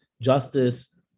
justice